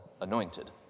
anointed